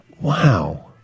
wow